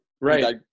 right